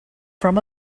from